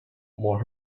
more